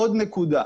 עוד נקודה.